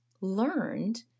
learned